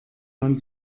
man